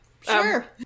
Sure